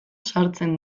sartzen